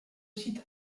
site